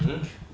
um